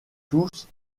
tous